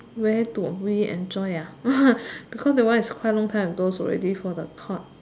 where do we enjoy ah because that one is quite long time ago already for the court